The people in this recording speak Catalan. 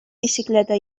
bicicleta